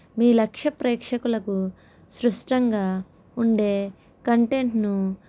మీ లక్ష్య ప్రేక్షకులకు సృష్టంగా ఉండే కంటెంట్ను